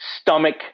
stomach